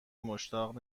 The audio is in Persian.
مشتاق